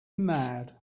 mad